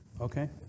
Okay